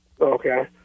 Okay